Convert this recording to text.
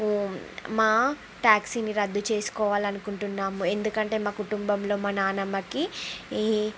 మా ట్యాక్సీని రద్దు చేసుకోవాలని అనుకుంటున్నాము ఎందుకంటే మా కుటుంబంలో మా నాన్నమ్మకి ఈ